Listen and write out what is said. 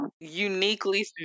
uniquely